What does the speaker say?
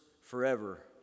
forever